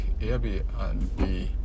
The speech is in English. Airbnb